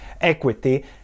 equity